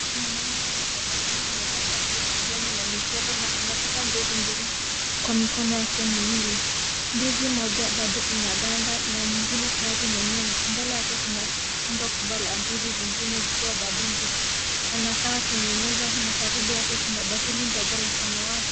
Mwanaume anayetabasamu amevaa shati la kijani na michoro na anashika ndizi mbili kwa mikono yake miwili ndizi moja bado inaganda na nyingine tayari imemenywa mbele yake kuna rundo kubwa la ndizi zingine bado zikiwa mbichi anakaa kwenye meza na karibu yake kuna bakuli ndogo la samawati.